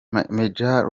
major